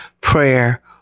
prayer